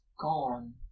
gone